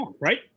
right